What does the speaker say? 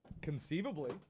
conceivably